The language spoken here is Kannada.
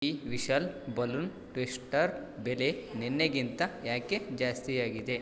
ಬಿ ವಿಶಾಲ್ ಬಲೂನ್ ಟ್ವಿಸ್ಟರ್ ಬೆಲೆ ನೆನ್ನೆಗಿಂತ ಯಾಕೆ ಜಾಸ್ತಿಯಾಗಿದೆ